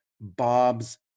Bob's